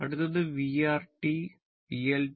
അടുത്തത് VR